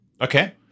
Okay